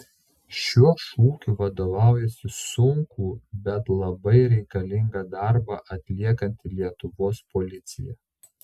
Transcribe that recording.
šiuo šūkiu vadovaujasi sunkų bet labai reikalingą darbą atliekanti lietuvos policija